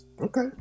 Okay